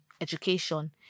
education